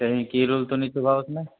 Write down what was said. کہیں کیل ویل تو نہیں چُبھا اُس میں